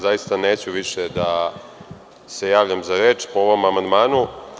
Zaista, neću više da se javljam za reč po ovom amandmanu.